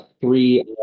three